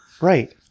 right